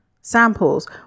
samples